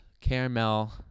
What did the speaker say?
Caramel